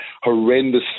horrendous